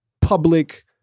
public